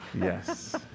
Yes